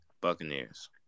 Buccaneers